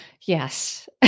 Yes